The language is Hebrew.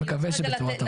אני מקווה שבצורה טובה.